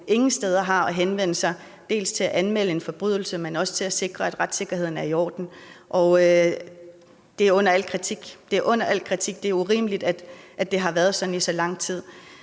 ingen steder har at henvende sig i forbindelse med dels at anmelde en forbrydelse, dels at sikre, at retssikkerheden er i orden, og det er under al kritik. Det er under al kritik, og det er urimeligt, at det har været sådan i så lang tid.